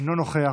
אינו נוכח,